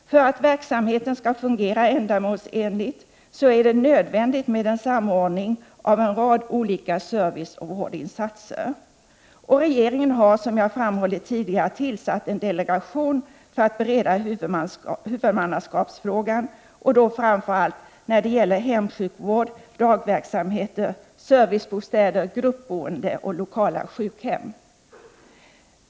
För att verksamheten skall fungera ändamålsenligt så är det nödvändigt med en samordning av en rad olika serviceoch vårdinsatser. Regeringen har, som jag framhållit tidigare, tillsatt en delegation för att bereda huvudmannaskapsfrågan framför allt när 35 det gäller hemsjukvård, dagverksamheter, servicebostäder, gruppboende och lokala sjukhem.